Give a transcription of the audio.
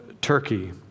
Turkey